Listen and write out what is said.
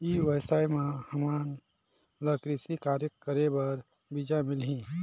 ई व्यवसाय म हामन ला कृषि कार्य करे बर बीजा मिलही?